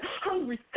Hungry